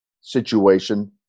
situation